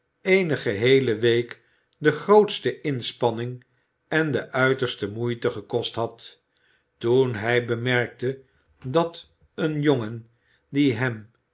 eene geheele week de grootste inspanning en de uiterste moeite gekost had toen hij bemerkte dat een jongen die hem